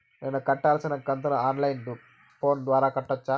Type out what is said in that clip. నేను కట్టాల్సిన కంతును ఆన్ లైను ఫోను ద్వారా కట్టొచ్చా?